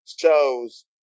shows